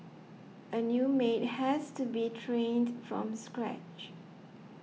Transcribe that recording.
a new maid has to be trained from scratch